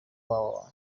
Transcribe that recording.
www